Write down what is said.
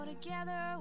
together